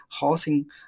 housing